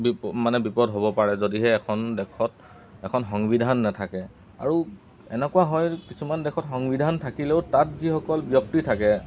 মানে বিপদ হ'ব পাৰে যদিহে এখন দেশত এখন সংবিধান নেথাকে আৰু এনেকুৱা হয় কিছুমান দেশত সংবিধান থাকিলেও তাত যিসকল ব্যক্তি থাকে